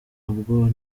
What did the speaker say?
ubwo